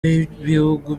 y’ibihugu